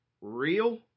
real